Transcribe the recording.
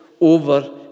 over